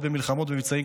בעוד במלחמות ובמבצעים,